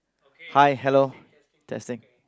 hi hello testing